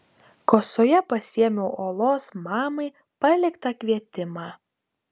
kasoje pasiėmiau olos mamai paliktą kvietimą